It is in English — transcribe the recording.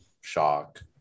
shock